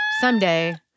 someday